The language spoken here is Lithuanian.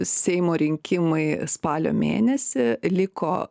seimo rinkimai spalio mėnesį liko